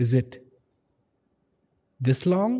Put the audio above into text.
is it this long